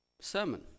sermon